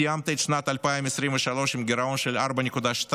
סיימת את שנת 2023 עם גירעון של 4.2%,